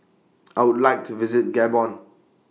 I Would like to visit Gabon